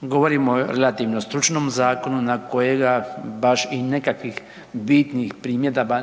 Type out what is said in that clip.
govorimo o relativno stručnom zakonu na kojega baš i nekakvih bitnih primjedaba